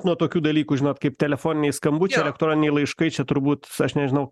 nuo tokių dalykų žinot kaip telefoniniai skambučiai elektroniniai laiškai čia turbūt aš nežinau